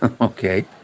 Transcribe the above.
Okay